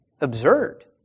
absurd